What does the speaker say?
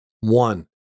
One